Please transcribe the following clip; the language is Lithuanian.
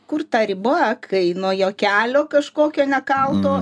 kur ta riba kai nuo juokelio kažkokio nekalto